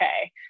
okay